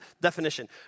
definition